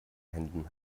händen